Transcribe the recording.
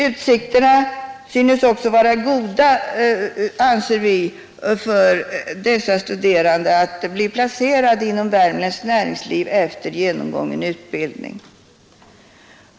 Utsikterna att efter genomgången utbildning bli placerade inom Värmlands näringsliv anses vara mycket goda.